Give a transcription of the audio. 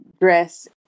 dress